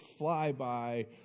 flyby